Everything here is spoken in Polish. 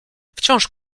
wciąż